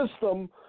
system